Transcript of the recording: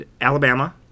Alabama